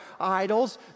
idols